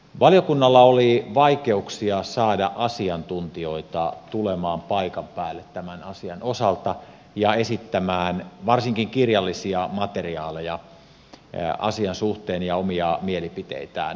valiokunnalla oli vaikeuksia saada asiantuntijoita tulemaan paikan päälle tämän asian osalta ja esittämään varsinkin kirjallisia materiaaleja asian suhteen ja omia mielipiteitään